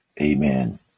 Amen